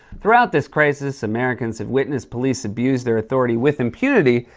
throughout this crisis, americans have witnessed police abuse their authority with impunity,